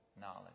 knowledge